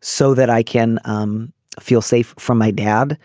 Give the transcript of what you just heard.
so that i can um feel safe from my dad.